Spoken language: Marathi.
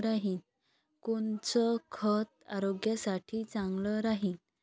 कोनचं खत आरोग्यासाठी चांगलं राहीन?